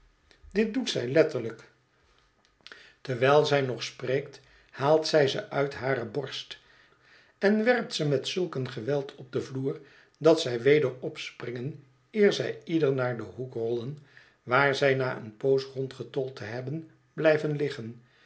dit doet zij letterlijk terwijl zij nog spreekt haalt zij ze uit hare borst en werpt ze met zulk een geweld op den vloer dat zij weder opspringen eer zij ieder naar den hoek rollen waar zij na eene poos rondgetold te hebben blijven liggen